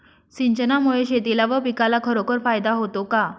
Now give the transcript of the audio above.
सिंचनामुळे शेतीला व पिकाला खरोखर फायदा होतो का?